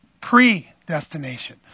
predestination